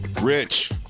Rich